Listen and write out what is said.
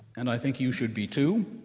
and i think you should be, too,